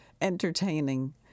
entertaining